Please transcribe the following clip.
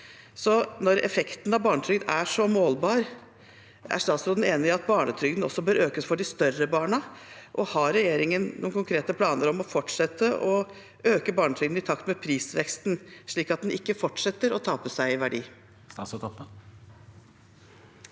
Når effekten av barnetrygden er så målbar, er statsråden enig i at barnetrygden også bør økes for de større barna? Og har regjeringen noen konkrete planer om å fortsette å øke barnetrygden i takt med prisveksten, slik at den ikke fortsetter å tape seg i verdi?